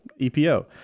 EPO